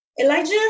Elijah